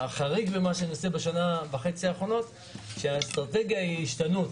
החריג במה שאני עושה בשנה וחצי האחרונות הוא שהאסטרטגיה היא השתנות.